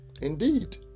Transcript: Indeed